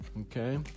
okay